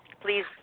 Please